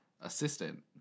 assistant